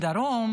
את יכולה לדבר.